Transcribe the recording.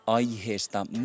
aiheesta